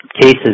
Cases